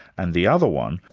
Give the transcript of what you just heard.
and the other one,